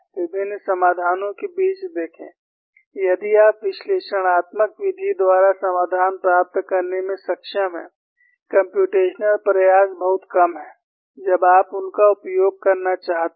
विभिन्न समाधानों के बीच देखें यदि आप विश्लेषणात्मक विधि द्वारा समाधान प्राप्त करने में सक्षम हैं कम्प्यूटेशनल प्रयास बहुत कम हैं जब आप उनका उपयोग करना चाहते हैं